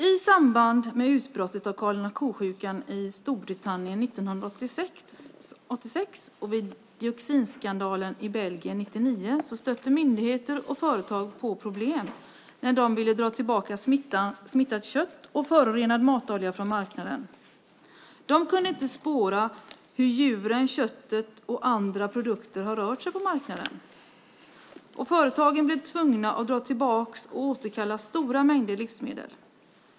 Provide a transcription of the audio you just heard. I samband med utbrottet av galna ko-sjukan i Storbritannien 1986 och dioxinskandalen i Belgien 1999 stötte myndigheter och företag på problem när de ville dra tillbaka smittat kött och förorenad matolja från marknaden. De kunde inte spåra hur djuren, köttet och andra produkter hade rört sig på marknaden. Företagen blev tvungna att dra tillbaka och återkalla stora mängder livsmedel.